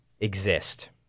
exist